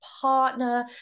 partner